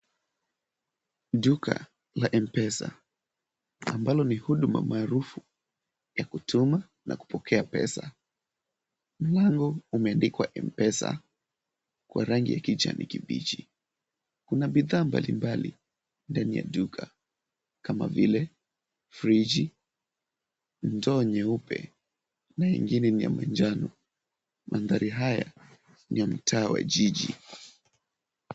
Duka la M-pesa ambalo ni huduma maarufu ya kutuma na kupokea pesa. Ambalo pameandikwa M-pesa kwa rangi ya kijani kibichi. Kuna bidhaa mbalimbali ndani ya duka, kama vile fridge , ndoo nyeupe na ingine ni ya maanjano. Maandhari haya, ni ya mtaa wa jiji.